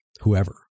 whoever